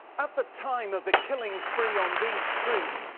at the time of the killing spree on these streets,